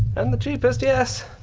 and the cheapest, yes.